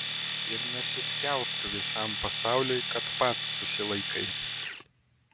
ir nesiskelbk visam pasauliui kad pats susilaikai